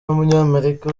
w’umunyamerika